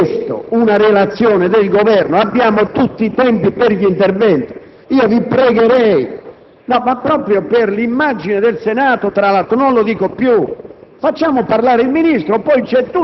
Abbiamo chiesto una relazione del Governo, abbiamo tutti i tempi per gli interventi. Vi prego, ma proprio per l'immagine del Senato, e non lo dico più: